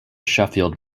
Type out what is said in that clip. sheffield